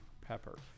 pepper